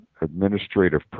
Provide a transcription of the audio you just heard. administrative